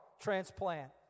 transplant